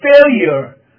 failure